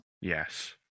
Yes